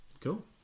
Cool